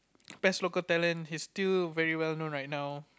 best local talent he's still very well known right now